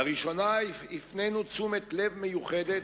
לראשונה הפנינו תשומת לב מיוחדת,